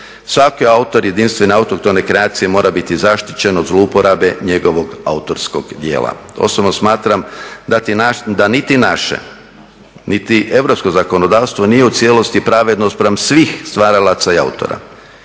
Svaki autor jedinstvene autohtone kreacije mora biti zaštićen od zlouporabe njegovog autorskog djela. Osobno smatram da niti naše, niti europsko zakonodavstvo nije u cijelosti pravedno spram svih stvaralaca i autora.